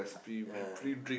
ya